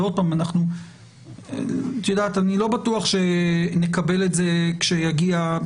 אני לא בטוח שנקבל את זה ב-א'